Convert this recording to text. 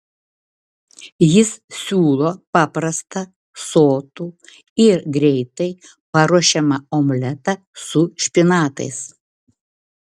jis siūlo paprastą sotų ir greitai paruošiamą omletą su špinatais